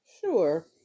Sure